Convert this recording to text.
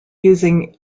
using